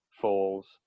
falls